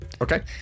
Okay